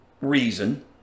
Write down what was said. reason